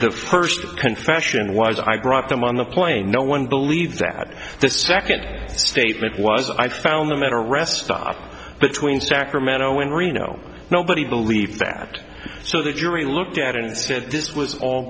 the first confession was i brought them on the plane no one believes that the second statement was i found them at a rest stop but tween sacramento and reno nobody believed that so the jury looked at it and said this was all